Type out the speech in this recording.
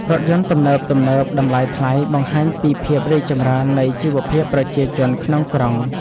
រថយន្តទំនើបៗតម្លៃថ្លៃបង្ហាញពីភាពរីកចម្រើននៃជីវភាពប្រជាជនក្នុងក្រុង។